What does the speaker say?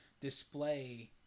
display